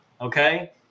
okay